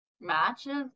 matches